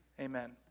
Amen